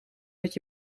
met